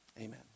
Amen